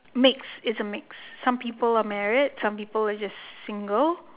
mix it's a mixed some people are married some people are just single